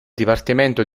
dipartimento